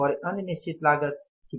और यह अन्य निश्चित लागत कितनी है